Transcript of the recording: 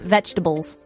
Vegetables